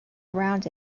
around